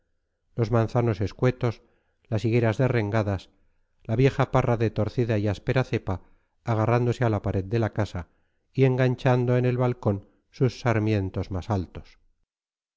los manzanos escuetos las higueras derrengadas la vieja parra de torcida y áspera cepa agarrándose a la pared de la casa y enganchando en el balcón sus sarmientos más altos